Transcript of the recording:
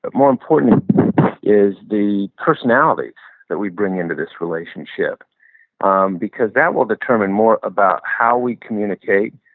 but more important is the personality that we bring into this relationship um because that will determine more about how we communicate,